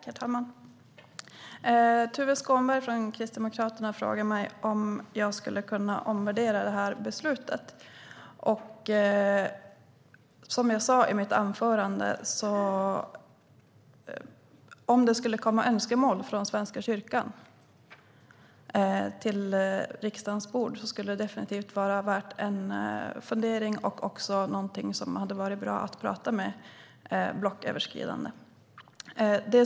Herr talman! Tuve Skånberg från Kristdemokraterna frågar mig om jag skulle kunna omvärdera det här beslutet. Som jag sa i mitt anförande: Om det skulle komma önskemål från Svenska kyrkan till riksdagen skulle det definitivt vara värt en fundering och någonting som vore bra att tala blocköverskridande om.